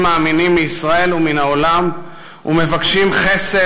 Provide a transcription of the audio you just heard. מאמינים מישראל ומן העולם ומבקשים חסד,